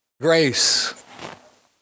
Grace